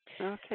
Okay